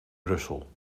brussel